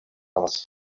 havas